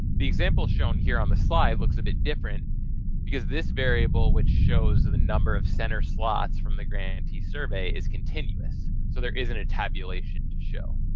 the example shown here on the slide looks a bit different because this variable which shows the number of center slots from the grantee survey is continuous so there isn't a tabulation to show.